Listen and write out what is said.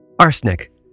Arsenic